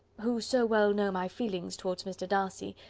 who so well know my feeling towards mr. darcy,